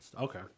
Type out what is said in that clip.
Okay